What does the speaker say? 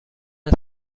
است